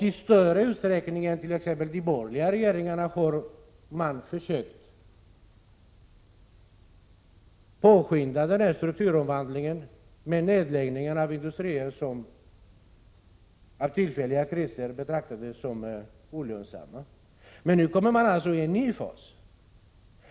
I större utsträckning än t.ex. de borgerliga regeringarna har man försökt påskynda den här strukturomvandlingen genom nedläggning av industrier, som till följd av tillfälliga kriser betraktats som olönsamma. Men nu kommer man alltså in i en ny fas.